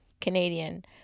Canadian